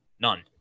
None